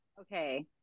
okay